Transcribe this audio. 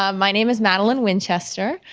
um my name is madeline winchester,